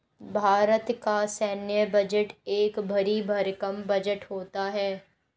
भारत का सैन्य बजट एक भरी भरकम बजट होता है